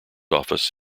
office